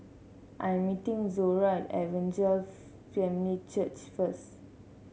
I'm meeting Zora at Evangel Family Church first